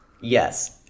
Yes